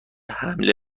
حمله